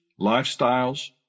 lifestyles